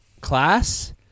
class